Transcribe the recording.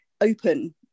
open